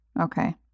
Okay